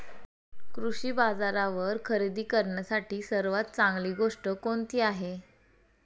कृषी बाजारावर खरेदी करण्यासाठी सर्वात चांगली गोष्ट कोणती आहे?